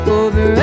over